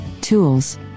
tools